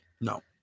no